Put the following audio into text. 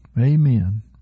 Amen